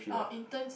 orh interns